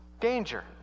danger